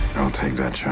i'll take that yeah